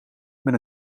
met